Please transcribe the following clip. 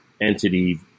entity